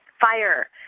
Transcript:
fire